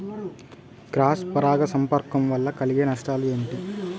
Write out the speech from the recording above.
Cross పరాగ సంపర్కం వల్ల కలిగే నష్టాలు ఏమిటి?